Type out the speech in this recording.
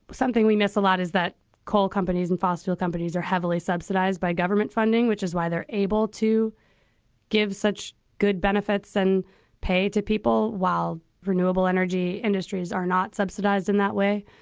something we miss a lot is that coal companies and fossil fuel companies are heavily subsidized by government funding, which is why they're able to give such good benefits and pay to people while renewable energy industries are not subsidised in that way.